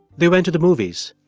they went to the movies.